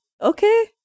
okay